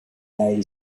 bay